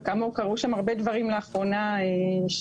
וכאמור קרו שם הרבה דברים לאחרונה שהשתנו